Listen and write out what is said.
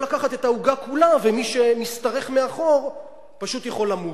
לקחת את העוגה כולה ומי שמשתרך מאחור פשוט יכול למות.